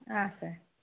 ಆಂ sir